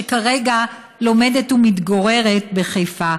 שכרגע לומדת ומתגוררת בחיפה,